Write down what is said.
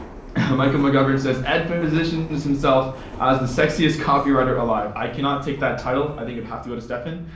michael mcgovern says, ed positions himself as the sexiest copywriter alive. i cannot take that title. i think it would have to go to stefan,